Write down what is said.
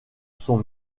sont